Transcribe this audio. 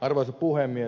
arvoisa puhemies